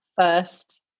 first